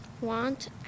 want